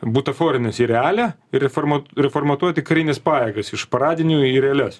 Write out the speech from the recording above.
butaforinės į realią reformuo ir reformatuoti karines pajėgas iš paradinių į realias